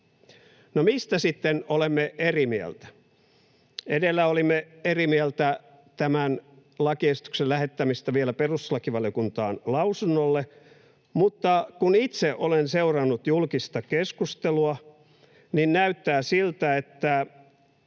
mistä sitten olemme eri mieltä? Edellä olimme eri mieltä tämän lakiesityksen lähettämisestä vielä perustuslakivaliokuntaan lausunnolle, mutta kun itse olen seurannut julkista keskustelua, niin näyttää siltä, että